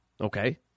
okay